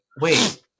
Wait